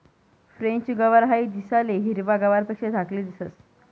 French गवार हाई दिसाले हिरवा गवारपेक्षा धाकली दिसंस